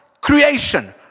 creation